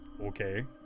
okay